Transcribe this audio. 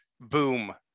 boom